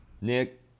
nick